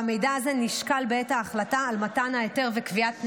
והמידע הזה נשקל בעת ההחלטה על מתן ההיתר וקביעת תנאיו.